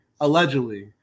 allegedly